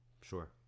Sure